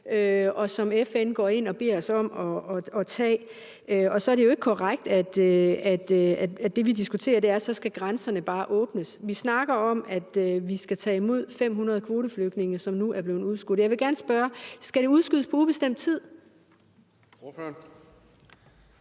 og hvor FN går ind og beder os om at tage dem. Så er det jo ikke korrekt, at det, vi diskuterer, er, at så skal grænserne bare åbnes. Vi snakker om, at vi skal tage imod 500 kvoteflygtninge, og at det nu er blevet udskudt, og jeg vil gerne spørge: Skal det udskydes på ubestemt tid?